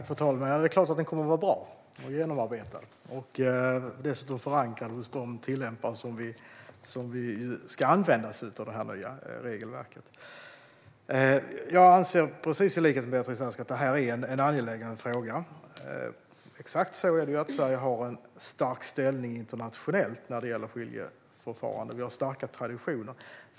Fru talman! Ja, det är klart att den kommer att vara bra och genomarbetad och dessutom förankrad hos dem som ska tillämpa det nya regelverket. Jag anser, precis i likhet med Beatrice Ask, att det här är en angelägen fråga. Det är exakt så att Sverige har en stark ställning internationellt när det gäller skiljeförfaranden. Vi har starka traditioner.